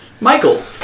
Michael